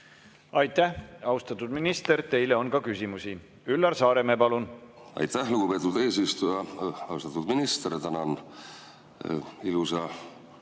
Aitäh, austatud minister! Teile on ka küsimusi. Üllar Saaremäe, palun! Aitäh, lugupeetud eesistuja! Austatud minister, tänan ilusa